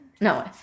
no